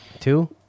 two